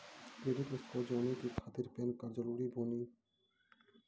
Credit score जाने के खातिर पैन कार्ड जरूरी बानी?